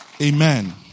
Amen